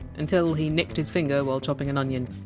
until he nicked his finger while chopping an onion.